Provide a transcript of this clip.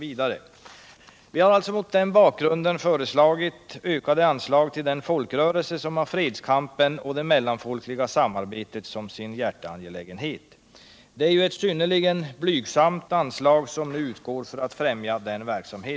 Vi har mot den bakgrunden föreslagit ökade anslag till den folkrörelse som har fredskampen och det mellanfolkliga samarbetet som sin hjärteangelägenhet. Det är ett synnerligen blygsamt anslag som nu utgår för att främja denna verksamhet.